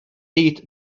eat